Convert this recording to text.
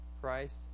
christ